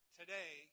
today